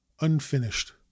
unfinished